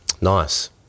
Nice